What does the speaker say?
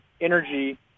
energy